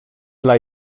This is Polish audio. dla